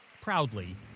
proudly